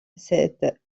cet